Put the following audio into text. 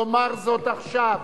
יאמר זאת עכשיו,